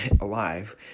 alive